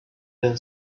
then